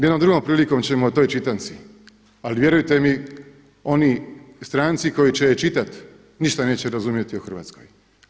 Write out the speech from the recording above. Jednom drugom prilikom ćemo o toj čitanci, ali vjerujte mi oni stranci koji će je čitati ništa neće razumjeti o Hrvatskoj.